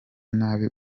nabi